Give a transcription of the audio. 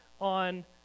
on